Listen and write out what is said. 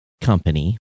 company